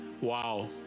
Wow